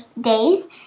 days